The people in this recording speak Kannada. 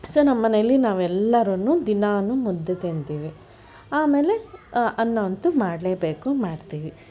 ಸೊ ನಮ್ಮ ಮನೇಲಿ ನಾವೇಲ್ಲರೂ ದಿನಾನು ಮುದ್ದೆ ತಿಂತೀವಿ ಆಮೇಲೆ ಅನ್ನ ಅಂತು ಮಾಡಲೇಬೇಕು ಮಾಡ್ತೀವಿ